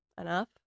enough